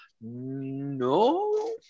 No